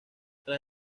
tras